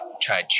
try